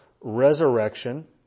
resurrection